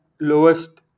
lowest